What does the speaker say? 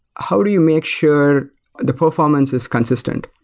how do you make sure the performance is consistent?